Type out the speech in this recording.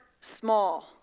small